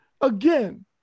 again